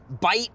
bite